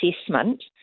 assessment